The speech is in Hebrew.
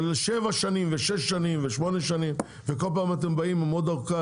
אבל שבע שנים ושש שנים ושמונה שנים וכל פעם אתם באים עם עוד ארכה,